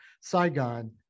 Saigon